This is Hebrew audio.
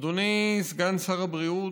אדוני סגן שר הבריאות,